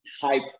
type